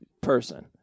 person